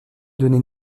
donné